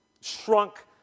shrunk